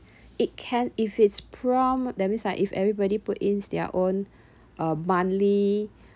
it can if it's prompt that means ah if everybody put in their own uh monthly